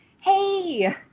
hey